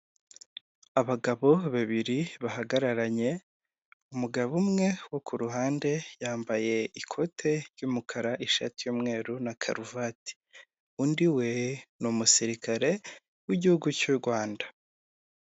Abagabo babiri bahagararanye, umugabo umwe wo ku ruhande yambaye ikote ry'umukara ishati y'umweru na karuvati, undi we ni umusirikare w'Igihugu cy'u Rwanda.